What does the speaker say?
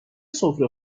سفره